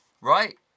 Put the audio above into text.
right